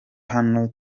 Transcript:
hano